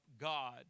God